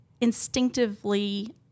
instinctively